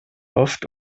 oft